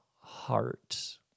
heart